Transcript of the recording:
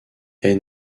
est